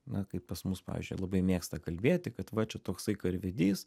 na kaip pas mus pavyzdžiui labai mėgsta kalbėti kad va čia toksai karvedys